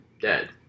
dead